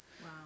Wow